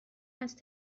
است